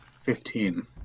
Fifteen